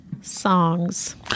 songs